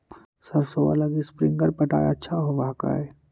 सरसोबा लगी स्प्रिंगर पटाय अच्छा होबै हकैय?